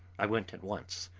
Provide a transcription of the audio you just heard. i went at once,